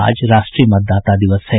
आज राष्ट्रीय मतदाता दिवस है